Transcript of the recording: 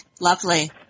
Lovely